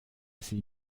sie